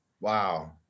Wow